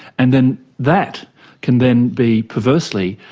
and then that can then be, perversely,